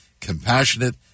compassionate